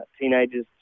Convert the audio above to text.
teenagers